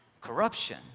corruption